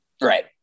Right